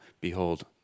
behold